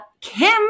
Kim